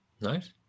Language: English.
nice